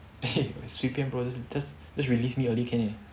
随便 bro just just release me early can already